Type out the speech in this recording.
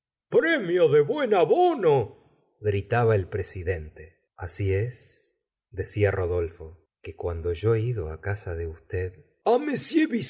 premio de buen abono gritaba el presidente la señora de bovary ast es decia rodolfo que cuando yo he ido casa de usted